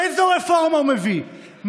איזו רפורמה הוא מביא,